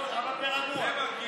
רגוע.